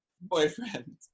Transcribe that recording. boyfriend